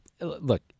look